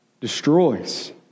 destroys